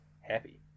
Happy